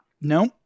No